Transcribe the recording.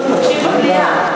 שיהיה במליאה.